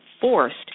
forced